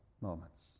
moments